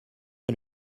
est